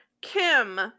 Kim